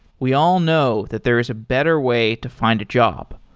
we all know that there is a better way to find a job.